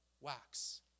wax